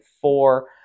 four